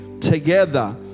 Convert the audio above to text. together